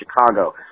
Chicago